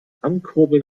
ankurbeln